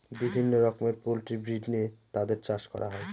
বিভিন্ন রকমের poultry breed নিয়ে তাদের চাষ করা হয়